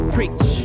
Preach